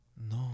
No